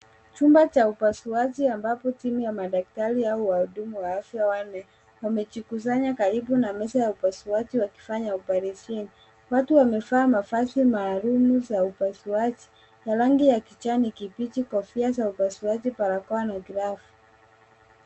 Chumba cha upasuaji ambapo timu ya madaktari au wahudumu wa afya wanne wamejikusanya karibu na meza ya upasuaji wakifanya oparesheni. Watu wamevaa mavazi maalum za upasuaji za rangi ya kijani kibichi, kofia za upasuaji, barakoa na glavu.